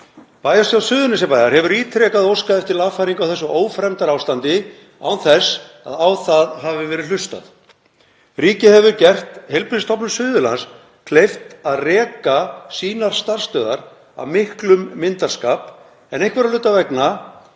Bæjarstjórn Suðurnesjabæjar hefur ítrekað óskað eftir lagfæringu á þessu ófremdarástandi án þess að á það hafi verið hlustað. Ríkið hefur gert Heilbrigðisstofnun Suðurlands kleift að reka sínar starfsstöðvar af miklum myndarskap en einhverra hluta vegna